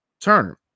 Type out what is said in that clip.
Turner